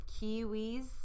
Kiwis